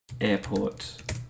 airport